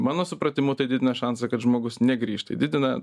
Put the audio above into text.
mano supratimu tai didina šansą kad žmogus negrįš didina